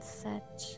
set